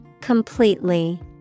Completely